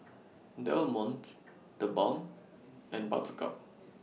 Del Monte TheBalm and Buttercup